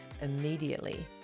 immediately